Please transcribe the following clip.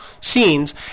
scenes